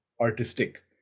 artistic